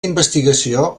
investigació